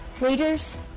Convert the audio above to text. Leaders